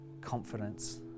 confidence